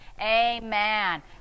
amen